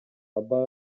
аба